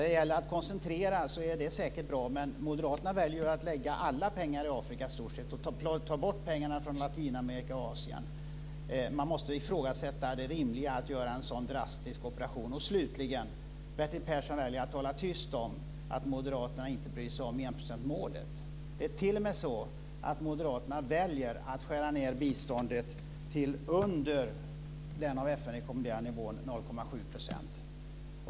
Det är säkert bra att koncentrera, men moderaterna väljer att lägga alla pengar i Afrika och ta bort pengarna från Latinamerika och Asien. Man måste ifrågasätta det rimliga i att göra en så drastisk operation. Slutligen: Bertil Persson väljer att tala tyst om att moderaterna inte bryr sig om enprocentsmålet. Det är t.o.m. så att moderaterna väljer att skära ned biståndet till under den av FN rekommenderade nivån 0,7 %.